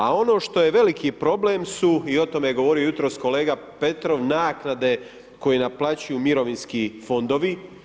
A ono što je veliki problem i o tome je govorio jutros kolega Petrov naknade koje naplaćuju mirovinski fondovi.